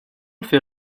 fait